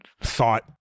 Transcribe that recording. thought